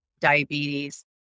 diabetes